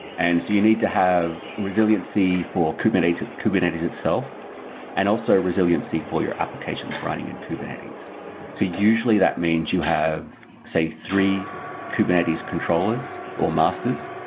and you need to have resiliency for kubernetes kubernetes itself and also resiliency for your applications running in kubernetes usually, that means you have say three kubernetes controllers, or masters.